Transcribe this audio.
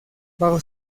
bajo